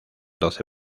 doce